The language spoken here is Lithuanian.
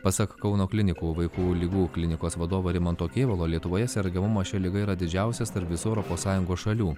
pasak kauno klinikų vaikų ligų klinikos vadovo rimanto kėvalo lietuvoje sergamumas šia liga yra didžiausias tarp visų europos sąjungos šalių